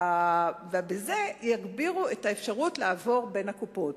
ובזה יגבירו את האפשרות לעבור בין הקופות.